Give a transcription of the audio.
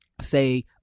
say